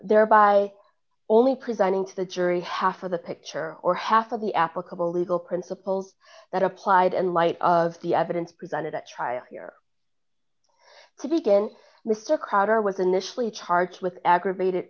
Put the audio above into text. thereby only presenting to the jury half of the picture or half of the applicable legal principles that applied in light of the evidence presented at trial here to begin mr crowder was initially charged with aggravated